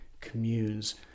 communes